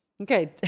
okay